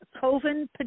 Coven